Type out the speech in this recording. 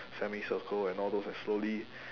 semicircle and all those and slowly